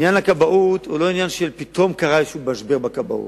עניין הכבאות לא קרה כי פתאום קרה משבר בכבאות,